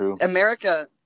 America